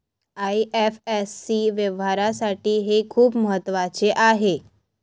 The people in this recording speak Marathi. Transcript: आई.एफ.एस.सी व्यवहारासाठी हे खूप महत्वाचे आहे